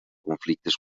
conflictes